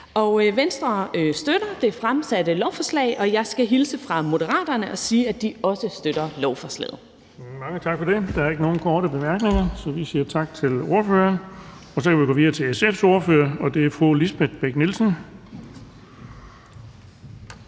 Venstre støtter det fremsatte lovforslag. Og jeg skal hilse fra Moderaterne og sige, at de også støtter lovforslaget.